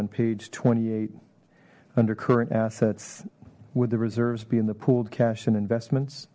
on page twenty eight under current assets would the reserves be in the pooled cash and investments